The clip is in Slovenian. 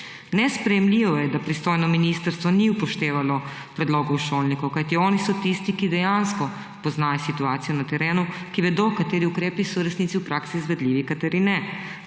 Nesprejemljivo je, da pristojno ministrstvo ni upoštevalo predlogov šolnikov, kajti oni so tisti, ki dejansko poznajo situacijo na terenu, ki vedo, kateri ukrepi so v resnici v praksi izvedljivi, kateri ne.